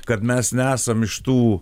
kad mes nesam iš tų